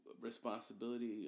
responsibility